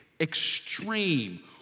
extreme